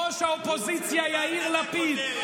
ראש האופוזיציה יאיר לפיד,